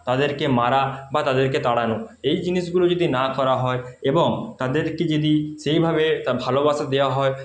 তাদেরকে মারা বা তাদেরকে তাড়ানো এই জিনিসগুলো যদি না করা হয় এবং তাদেরকে যদি সেইভাবে তা ভালোবাসা দেওয়া হয়